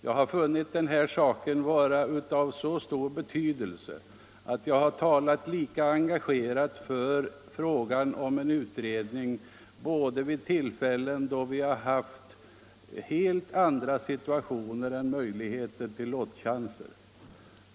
Jag har ansett det här saken vara av så stor betydelse att jag har talat lika engagerat för en utredning även vid tillfällen då situationen i riksdagen varit sådan att det inte förelegat någon lottningschans.